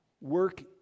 work